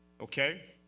Okay